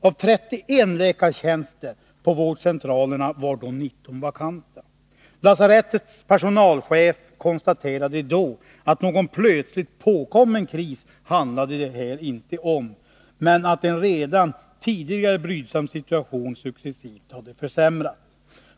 Av 31 läkartjänster på vårdcentralerna var 19 vakanta. Lasarettets personalchef konstaterade då att det inte handlade om någon plötsligt påkommen kris, men att en redan tidigare brydsam situation successivt hade försämrats.